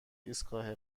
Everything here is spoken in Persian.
ایستگاه